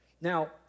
Now